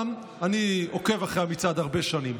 אני עוקב אחרי המצעד הרבה שנים.